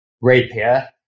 rapier